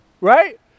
right